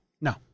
No